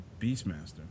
Beastmaster